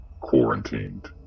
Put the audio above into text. Quarantined